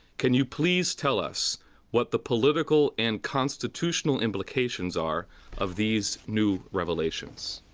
can you please tell us what the political and constitutional implications are of these new revelations?